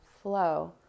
flow